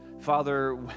Father